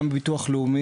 כמו נושא הביטוח הלאומי,